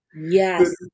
Yes